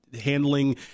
handling